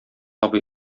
абый